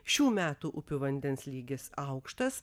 šių metų upių vandens lygis aukštas